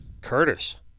Curtis